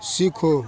सीखो